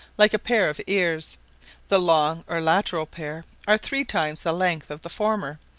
like a pair of ears the long or lateral pair are three times the length of the former,